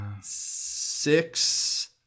Six